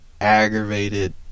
aggravated